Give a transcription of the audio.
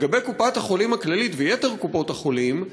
לגבי קופת-החולים הכללית ויתר קופות-החולים,